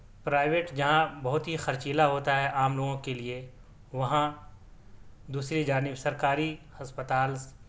private جہاں بہت ہی خرچیلا ہوتا ہے عام لوگوں کے لیے وہاں دوسری جانب سرکاری ہسپتال